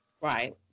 Right